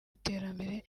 iterambere